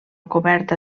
coberta